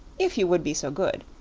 if you would be so good.